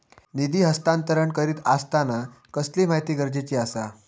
निधी हस्तांतरण करीत आसताना कसली माहिती गरजेची आसा?